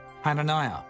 Hananiah